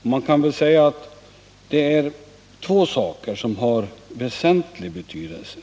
Och man kan väl säga att det är två förhållanden som har väsentlig betydelse.